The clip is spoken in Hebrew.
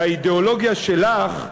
שהאידיאולוגיה שלך,